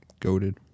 Goated